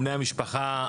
בני המשפחה,